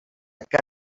que